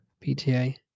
PTA